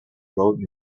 wrote